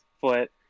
foot